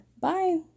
Bye